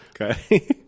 Okay